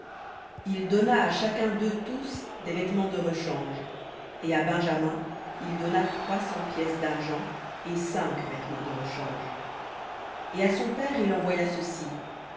il donna à chacun d'eux tous des vêtements de rechange et à benjamin il donna trois cents d'argent et cinq vêtements de rechange et à son père il envoya ceci